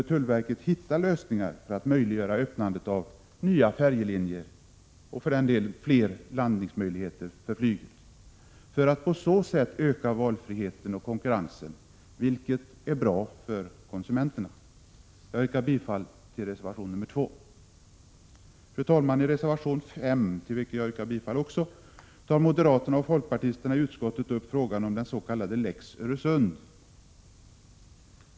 1986/87:113 lösningar för att möjliggöra öppnandet av nya färjelinjer och även skapa 29 april 1987 landningsmöjligheter för flyget, för att på så sätt öka valfriheten och konkurrensen vilket är bra för konsumenterna. Jag yrkar bifall till reservation nr 2. Fru talman! I reservation nr 5, till vilken jag yrkar bifall, tar moderaterna och folkpartisterna i utskottet upp frågan om den s.k. ”lex Öresund”.